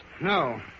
No